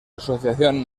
asociación